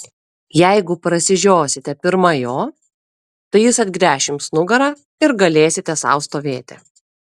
jeigu prasižiosite pirma jo tai jis atgręš jums nugarą ir galėsite sau stovėti